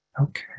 Okay